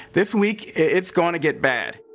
this week, it's going to get bad